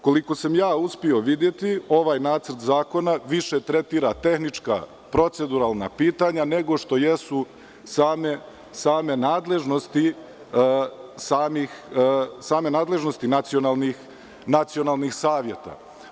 Koliko sam uspeo vidite, ovaj nacrt zakona više tretira tehnička, proceduralna pitanja, nego što jesu same nadležnosti nacionalnih saveta.